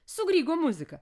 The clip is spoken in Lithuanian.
su grygo muzika